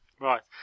Right